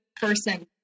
person